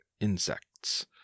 insects